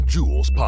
Jewels